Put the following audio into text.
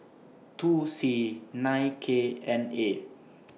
two C nine K N A